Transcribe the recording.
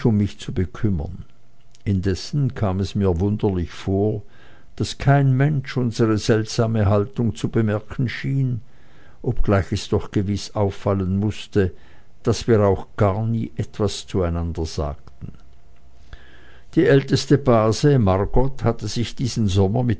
mich zu bekümmern indessen kam es mir wunderlich vor daß kein mensch unsere seltsame haltung zu bemerken schien obgleich es doch gewiß auffallen mußte daß wir auch gar nie etwas zueinander sagten die älteste base margot hatte sich diesen sommer